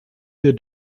wir